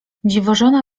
dziwożona